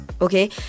okay